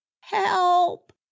help